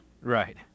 Right